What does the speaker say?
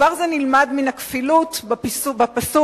דבר זה נלמד מן הכפילות בפסוק,